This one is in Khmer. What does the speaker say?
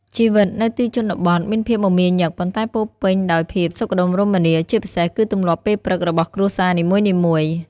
ជីវិតនៅទីជនបទមានភាពមមាញឹក ប៉ុន្តែពោរពេញដោយភាពសុខដុមរមនា ជាពិសេសគឺទម្លាប់ពេលព្រឹករបស់គ្រួសារនីមួយៗ។